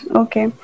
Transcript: okay